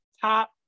Top